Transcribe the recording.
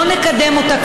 לא נקדם אותה,